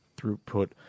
throughput